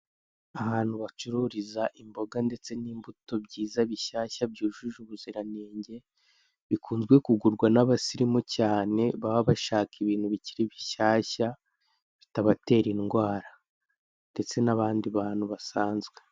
Ahantu bacururiza imboga ndetse n'imbuto byiza bishyashya byujuje ubuziranenge. Bikunzwe kugurwa n'abasirimu cyane, baba bashaka ibintu bikiri bishyashya bitabatera indwara, ndetse n'abandi bantu basanzwe.